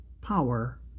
power